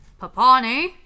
Papani